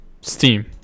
Steam